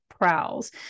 prowls